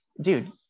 dude